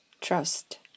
trust